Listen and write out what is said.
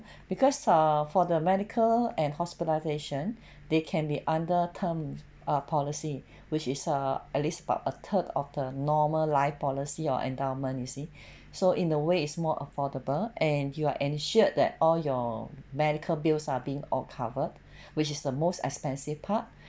because ah for the medical and hospitalization they can be under term ah policy which is uh at least about a third of the normal life policy or endowment you see so in a ways is more affordable and you are ensured that all your medical bills are being all covered which is the most expensive part